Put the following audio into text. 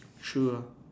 true ah